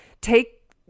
take